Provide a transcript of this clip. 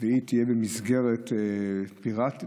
והיא תהיה במסגרת פיראטית,